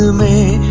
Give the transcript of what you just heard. me,